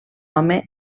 home